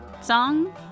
song